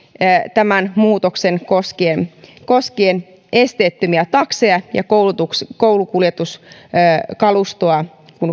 tämän muutoksen koskien koskien esteettömiä takseja ja koulukuljetuskalustoa